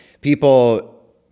People